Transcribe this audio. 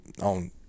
on